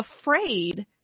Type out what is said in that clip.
afraid